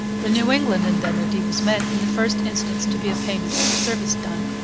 the new england indemnity was meant, in the first instance, to be a payment for service done.